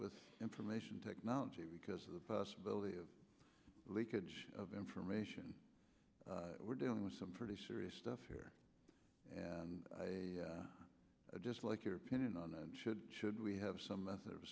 with information technology because of the possibility of leakage of information we're dealing with some pretty serious stuff here and just like your opinion on should should we have some method of